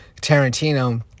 tarantino